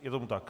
Je tomu tak?